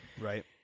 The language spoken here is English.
Right